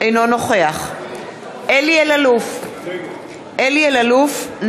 אינו נוכח אלי אלאלוף,